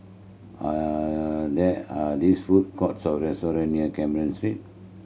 are there are these food courts or restaurant near Carmen Street